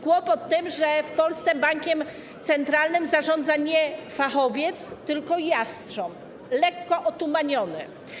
Kłopot w tym, że w Polsce bankiem centralnym nie zarządza fachowiec, tylko jastrząb, lekko otumaniony.